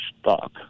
stock